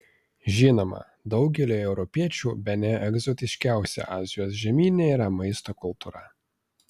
žinoma daugeliui europiečių bene egzotiškiausia azijos žemyne yra maisto kultūra